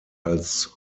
als